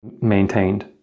maintained